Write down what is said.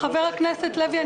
חבר הכנסת לוי,